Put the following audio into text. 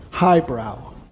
highbrow